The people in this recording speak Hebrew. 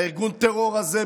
ארגון הטרור הזה,